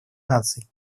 наций